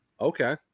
Okay